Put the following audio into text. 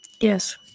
Yes